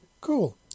Cool